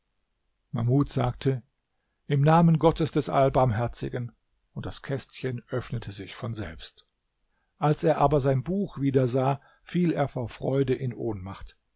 mahmud sagte im namen gottes des allbarmherzigen und das kästchen öffnete sich von selbst als er aber sein buch wieder sah fiel er vor freude in ohnmacht